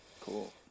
Cool